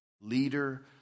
leader